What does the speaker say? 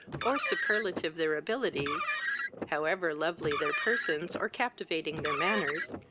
or superlative their abilities however lovely their persons, or captivating their manners,